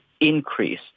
increase